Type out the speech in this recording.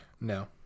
no